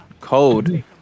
code